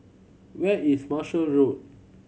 where is Marshall Road